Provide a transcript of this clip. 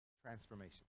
transformation